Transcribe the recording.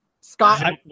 Scott